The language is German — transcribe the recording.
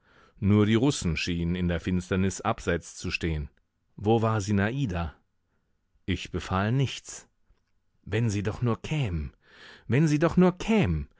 nur die russen schienen in der finsternis abseits zu stehen wo war sinada ich befahl nichts wenn sie doch nur kämen wenn sie doch nur kämen